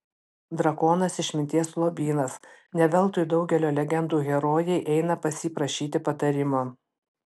drakonas išminties lobynas ne veltui daugelio legendų herojai eina pas jį prašyti patarimo